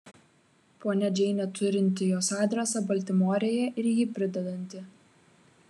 ponia džeinė turinti jos adresą baltimorėje ir jį pridedanti